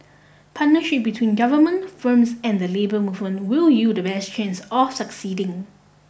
partnership between Government firms and the labour movement will yield the best chance of succeeding